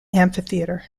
amphitheatre